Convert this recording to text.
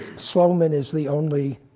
sloman is the only